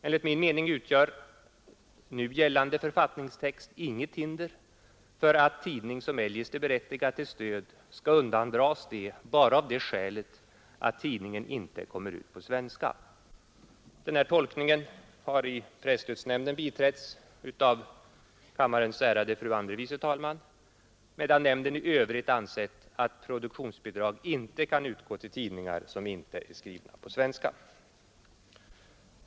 Enligt min mening utgör nu gällande författningstext inget hinder för att tidning som eljest är berättigad till stöd skall undandras detta endast av det skälet att tidningen inte kommer ut på svenska. Denna tolkning har i presstödsnämnden biträtts av kammarens ärade fru andre vice talman medan nämnden i övrigt ansett, att produktionsbidrag inte kan utgå till tidningar som inte är skrivna på svenska.